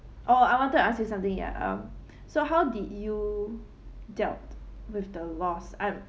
oh I wanted to ask you something ya uh so how did you dealt with the loss um